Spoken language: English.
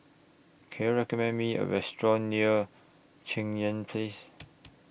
Can YOU recommend Me A Restaurant near Cheng Yan Place